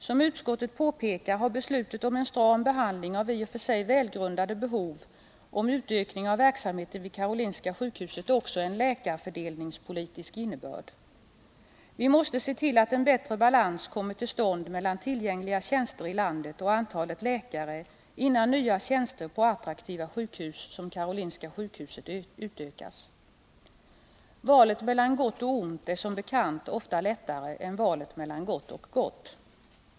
Som utskottet påpekar har beslutet om en stram behandling av i och för sig välgrundade behov om utökning av verksamheten vid Karolinska sjukhuset också en läkarfördelningspolitisk innebörd. Vi måste se till att en bättre balans kommer till stånd mellan tillgängliga tjänster i landet och antalet läkare, innan nya tjänster på attraktiva sjukhus, som Karolinska sjukhuset, inrättas. Valet mellan gott och ont är som bekant ofta lättare än valet mellan gott och gott.